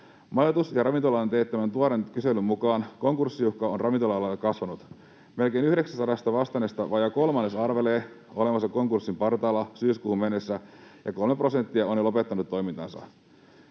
Majoitus‑ ja ravintola-alan teettämän tuoreen kyselyn mukaan konkurssiuhka on ravintola-aloilla kasvanut. Melkein 900 vastanneesta vajaa kolmannes arvelee olevansa konkurssin partaalla syyskuuhun mennessä ja 3 prosenttia on jo lopettanut toimintansa.